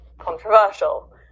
controversial